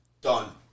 Done